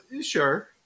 Sure